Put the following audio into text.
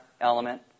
element